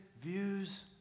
views